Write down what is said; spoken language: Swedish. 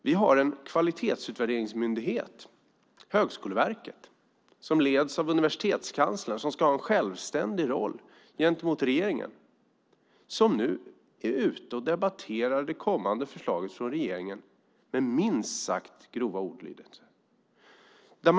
Vi har en kvalitetsutvärderingsmyndighet, Högskoleverket, som leds av universitetskanslern som ska ha en självständig roll gentemot regeringen och som nu är ute och debatterar det kommande förslaget från regeringen med minst sagt grova ordalydelser.